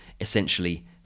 essentially